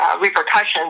repercussions